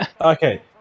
Okay